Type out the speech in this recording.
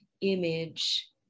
image